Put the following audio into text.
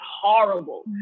horrible